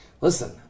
Listen